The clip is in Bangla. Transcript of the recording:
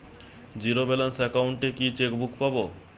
জীরো ব্যালেন্স অ্যাকাউন্ট এ কি চেকবুক পাব?